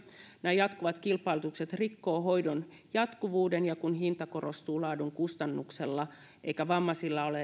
nämä jatkuvat kilpailutukset rikkovat hoidon jatkuvuuden ja kun hinta korostuu laadun kustannuksella eikä edes vammaisilla